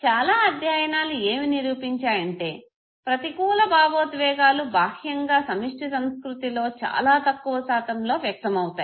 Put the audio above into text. చాల అధ్యయనాలు ఏమి నిరూపించాయంటే ప్రతికూల భావోద్వేగాలు బాహ్యంగా సమిష్టి సంస్కృతిలో చాలా తక్కువ శాతంలో వ్యక్తమవుతాయి